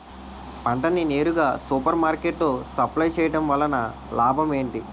పంట ని నేరుగా సూపర్ మార్కెట్ లో సప్లై చేయటం వలన లాభం ఏంటి?